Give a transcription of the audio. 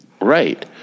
Right